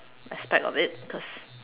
aspect of it cause